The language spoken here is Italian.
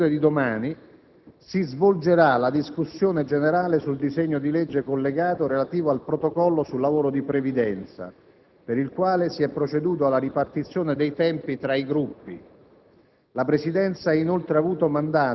Resta confermato che nelle due sedute di domani si svolgerà la discussione generale sul disegno di legge collegato relativo al protocollo su lavoro e previdenza, per il quale si è proceduto alla ripartizione dei tempi tra i Gruppi.